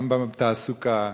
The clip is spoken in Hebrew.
גם בתעסוקה,